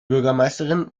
bürgermeisterin